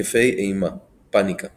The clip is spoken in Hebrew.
התקפי אימה פאניקה